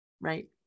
Right